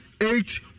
eight